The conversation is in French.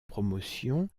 promotion